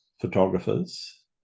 photographers